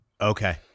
Okay